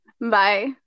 Bye